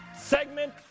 segment